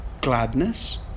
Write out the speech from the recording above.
gladness